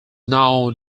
now